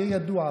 יהיה ידוע,